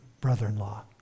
brother-in-law